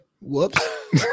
Whoops